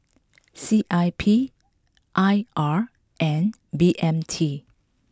C I P I R and B M T